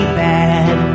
bad